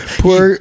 poor